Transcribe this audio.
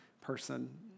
person